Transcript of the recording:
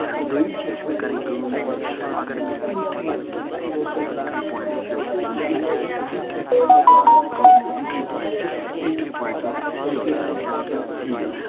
دٔیِم چیٖز چھُ مےٚ کَرٕن کٲم کہِ اگر مےٚ اِنٹری کینٛہہ تہِ یُس اِنٹری پویِنٹس چھِ یِم اِنٹری پویِنٹس چھِ اِنٹری پویِنٹ چھِ مےٚ سیٖل کَرٕنۍ کیاہ چھِ کَرٕنۍ سیٖل